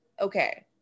okay